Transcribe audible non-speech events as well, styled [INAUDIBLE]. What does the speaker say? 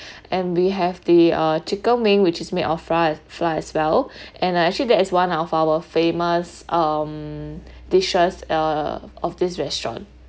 [BREATH] and we have the uh chicken wing which is made of fries flour as well [BREATH] and actually that is one of our famous um [BREATH] dishes uh of this restaurant